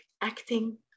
acting